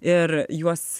ir juos